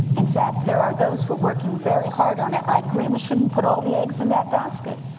in fact there are those who are working very hard on it. i agree we shouldn't put all the eggs in that basket,